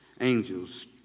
Angels